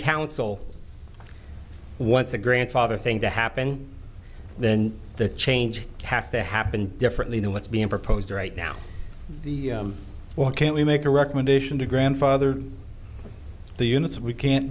council wants a grandfather thing to happen then the change cast to happen differently than what's being proposed right now the well can we make a recommendation to grandfather the units we can't